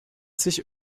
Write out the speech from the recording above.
sich